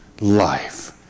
life